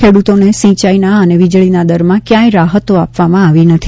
ખેડૂતોને સિંચાઈના અને વીજળીના દરમાં ક્યાંય રાહતો આપવામાં આવી નથી